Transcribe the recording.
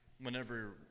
whenever